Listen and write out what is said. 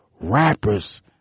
rappers